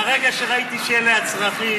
ברגע שראיתי שאלה הצרכים,